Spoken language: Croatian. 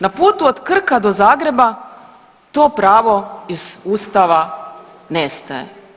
Na putu od Krka do Zagreba to pravo iz Ustava nestaje.